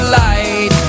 light